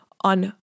on